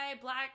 black